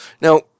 Now